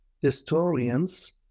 historians